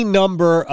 number